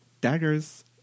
Daggers